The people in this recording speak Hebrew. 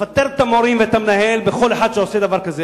לפטר את המורים והמנהל וכל אחד שעושה דבר כזה.